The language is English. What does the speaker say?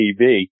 TV